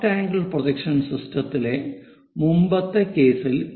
first angle projection സിസ്റ്റത്തിലെ മുമ്പത്തെ കേസിൽ